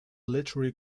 literary